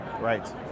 Right